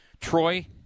Troy